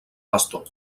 pastor